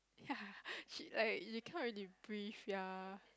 ya she like you can't really breath ya